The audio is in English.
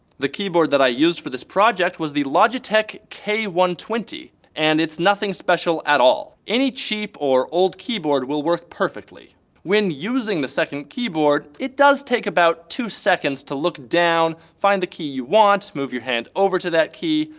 the keyboard that i used for this project was the logitech k one two zero and it's nothing special at all. any cheap or old keyboard will work perfectly when using the second keyboard, it does take about two seconds to look down. find the key you want, move your hand over to that key,